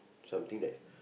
something that's